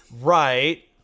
right